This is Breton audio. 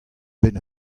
benn